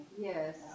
Yes